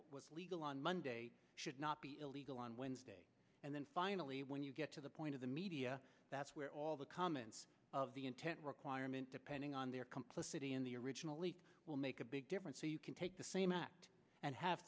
was legal on monday should not be illegal on wednesday and then finally when you get to the point of the media that's where all the comments of the intent requirement depending on their complicity in the original leak will make a big difference so you can take the same act and have